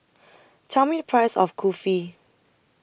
Tell Me The Price of Kulfi